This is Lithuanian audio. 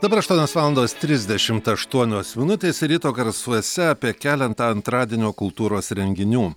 dabar aštuonios valandos trisdešimt aštuonios minutės ryto garsuose apie keletą antradienio kultūros renginių